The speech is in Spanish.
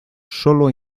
sólo